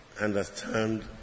understand